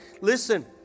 Listen